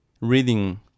reading